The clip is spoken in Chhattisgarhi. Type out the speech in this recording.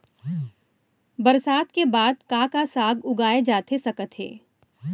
बरसात के बाद का का साग उगाए जाथे सकत हे?